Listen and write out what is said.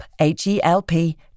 H-E-L-P